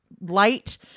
light